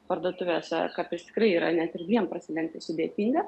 parduotuvėse kartais tikrai yra net ir dviem prasilenkti sudėtinga